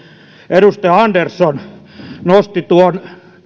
edustaja andersson nosti tuon